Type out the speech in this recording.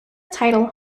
title